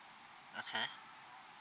okay